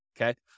okay